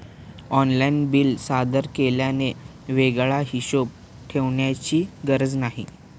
online bill सादर केल्याने वेगळा हिशोब ठेवण्याची गरज नाही